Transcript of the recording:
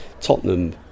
Tottenham